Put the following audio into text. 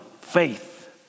Faith